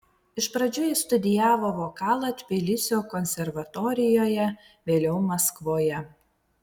iš pradžių jis studijavo vokalą tbilisio konservatorijoje vėliau maskvoje